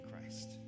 Christ